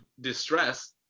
distress